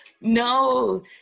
No